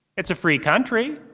it's a free country!